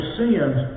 sins